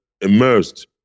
immersed